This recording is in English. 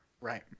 Right